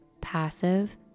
passive